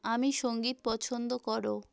আমি সংগীত পছন্দ করো